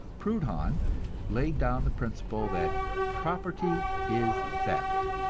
proudhon laid down the principle that property is theft,